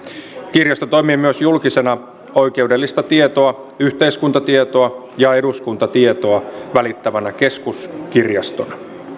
kirjasto toimii myös julkisena oikeudellista tietoa yhteiskuntatietoa ja eduskuntatietoa välittävänä keskuskirjastona